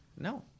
No